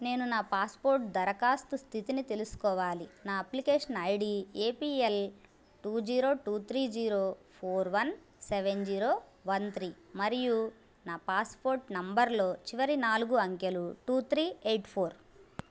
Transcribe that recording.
నేను నా పాస్పోర్ట్ దరఖాస్తు స్థితిని తెలుసుకోవాలి నా application ID A P L two zero two three zero four one seven zero one three మరియు నా పాస్పోర్ట్ నంబర్లో చివరి నాలుగు అంకెలు టు త్రీ ఎయిట్ ఫోర్